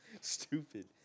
Stupid